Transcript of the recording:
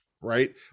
right